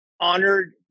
Honored